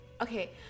Okay